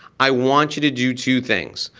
i want you to do two things.